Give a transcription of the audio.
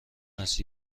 است